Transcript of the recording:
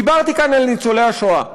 דיברתי כאן על ניצולי השואה.